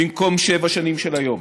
במקום שבע שנים היום.